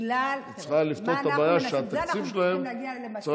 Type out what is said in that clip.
צריכה לפתור את הבעיה שהתקציב שלהם צריך